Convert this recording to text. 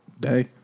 day